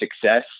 success